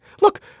look